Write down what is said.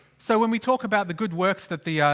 so when we talk about the good works that the,